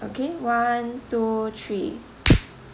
okay one two three